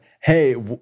Hey